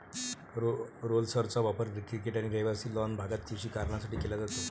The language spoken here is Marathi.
रोलर्सचा वापर क्रिकेट आणि रहिवासी लॉन भागात कृषी कारणांसाठी केला जातो